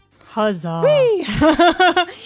Huzzah